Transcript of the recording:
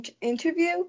interview